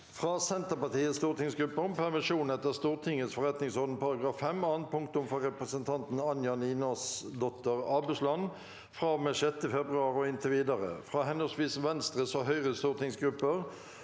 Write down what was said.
fra Senterpartiets stortingsgruppe om permisjon etter Stortingets forretningsorden § 5 annet punktum for representanten Anja Ninasdotter Abusland fra og med 6. februar og inntil videre – fra henholdsvis Venstres og Høyres stortingsgrupper